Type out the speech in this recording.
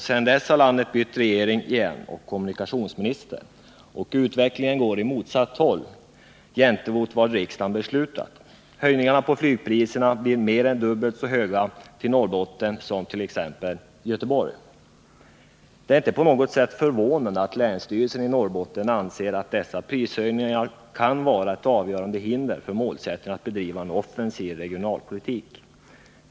Sedan dess har landet bytt regering igen, och kommunikationsminister, och utvecklingen går åt motsatt håll mot vad riksdagen beslutat. Höjningarna av flygpriserna blir mer än dubbelt så stora till Norrbotten som t.ex. till Göteborg. Det är inte på något sätt förvånande att länsstyrelsen i Norrbotten anser att dessa prishöjningar kan vara ett avgörande hinder för målsättningen att bedriva en offensiv regionalpolitik.